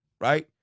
right